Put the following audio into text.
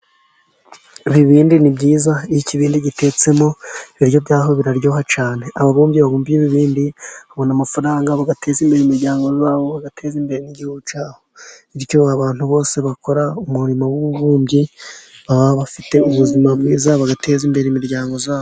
Ibibindi ni byiza. Iyo ikibindi gitetsemo ibiryo by'aho biraryoha cyane. Ababumbyi babumba ibibindi babona amafaranga bagateza imbere imiryango yabo, bagateza imbere n'igihugu cyabo. Bityo abantu bose bakora umurimo w'ububumbyi baba Bafite ubuzima bwiza bagateza imbere imiryango yabo.